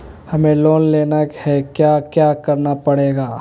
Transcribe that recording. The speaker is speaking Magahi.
हमें लोन लेना है क्या क्या करना पड़ेगा?